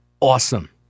awesome